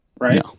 right